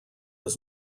was